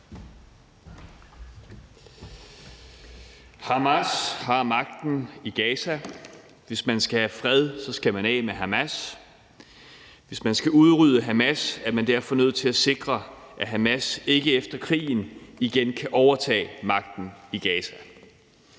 Hamas har magten i Gaza. Hvis man skal have fred, skal man af med Hamas. Hvis man skal udrydde Hamas, er man derfor nødt til at sikre, at Hamas ikke efter krigen igen kan overtage magten i Gaza.